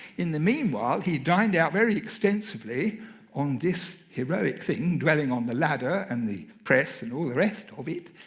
in the meanwhile he dined out very extensively on this heroic thing, dwelling on the ladder and the press and all the rest of it,